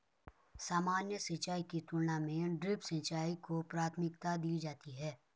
सामान्य सिंचाई की तुलना में ड्रिप सिंचाई को प्राथमिकता दी जाती है